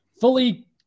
fully